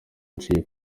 aciye